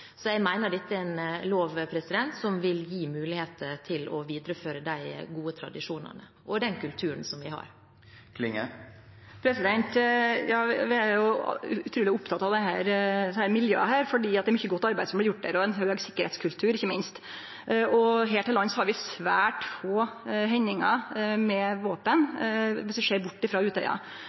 Jeg mener dette er en lov som vil gi muligheter til å videreføre de gode tradisjonene og den kulturen vi har. Vi er utruleg opptekne av desse miljøa, for det er mykje godt arbeid som er gjort der, og det er ikkje minst ein høg tryggleikskultur. Her i landet har vi svært få hendingar med våpen, viss vi ser bort frå Utøya.